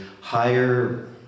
higher